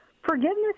Forgiveness